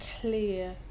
clear